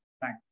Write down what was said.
Thanks